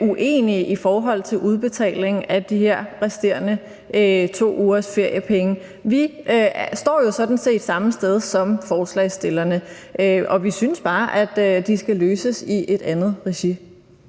uenige i forhold til udbetaling af de her resterende 2 ugers feriepenge. Vi står jo sådan set samme sted som forslagsstillerne. Vi synes bare, at det skal løses i et andet regi.